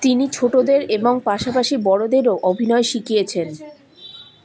তিনি ছোটোদের এবং পাশাপাশি বড়োদেরও অভিনয় শিখিয়েছেন